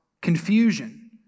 confusion